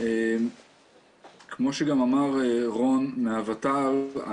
כמו שגם אמר רון מהות"ל,